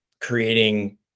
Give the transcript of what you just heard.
creating